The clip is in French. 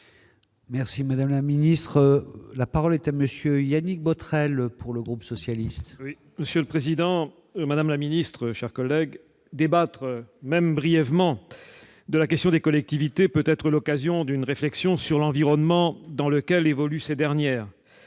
vrai sujet. La parole est à M. Yannick Botrel, pour le groupe socialiste et républicain. Monsieur le président, madame la ministre, mes chers collègues, débattre, même brièvement, de la question des collectivités peut être l'occasion d'une réflexion sur l'environnement dans lequel évoluent ces dernières.